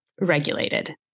regulated